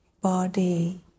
body